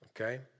Okay